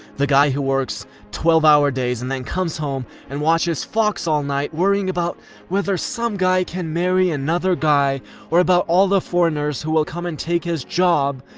the guy who works twelve hour days, and then comes home and watches fox all night worrying about whether some guy can marry another guy or about all the foreigners who will come and take his job,